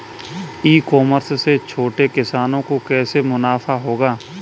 ई commerce से छोटे किसानों को कैसे मुनाफा होगा?